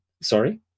sorry